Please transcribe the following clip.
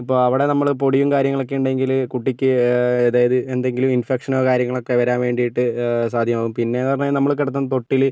അപ്പം അവിടെ നമ്മൾ പൊടിയും കാര്യങ്ങളും ഒക്കെ ഉണ്ടെങ്കിൽ കുട്ടിക്ക് അതായത് എന്തെങ്കിലും ഇന്ഫക്ഷനോ കാര്യങ്ങളൊക്കെ വരാന് വേണ്ടീട്ട് സാധ്യമാകും പിന്നേയെന്നു പറഞ്ഞു കഴിഞ്ഞാല് നമ്മൾ കിടത്തുന്ന തൊട്ടിൽ